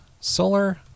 solar